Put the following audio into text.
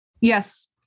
Yes